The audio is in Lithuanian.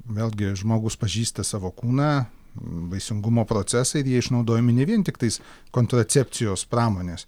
vėlgi žmogus pažįsta savo kūną vaisingumo procesai ir jie išnaudojami ne vien tiktais kontracepcijos pramonės